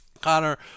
Connor